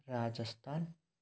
Rajasthan